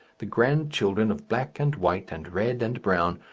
the grandchildren of black and white, and red and brown,